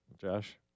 Josh